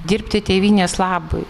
dirbti tėvynės labui